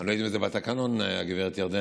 אני לא יודע אם זה בתקנון, הגברת ירדנה,